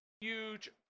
huge